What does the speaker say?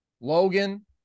Logan